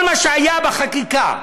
כל מה שהיה בחקיקה,